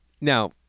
Now